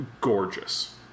gorgeous